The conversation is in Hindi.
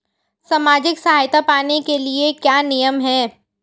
सामाजिक सहायता पाने के लिए क्या नियम हैं?